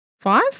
Five